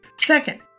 Second